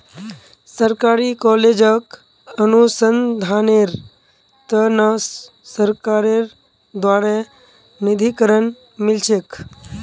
सरकारी कॉलेजक अनुसंधानेर त न सरकारेर द्बारे निधीकरण मिल छेक